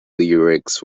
lyrics